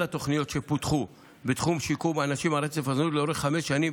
התוכניות שפותחו בתחום שיקום אנשים על רצף הזנות לאורך חמש שנים,